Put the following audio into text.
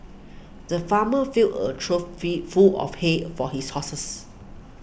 the farmer filled a trough fill full of hay for his horses